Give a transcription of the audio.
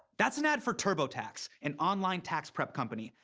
that's an ad for turbotax, an online tax prep company.